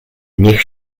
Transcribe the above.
niech